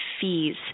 fees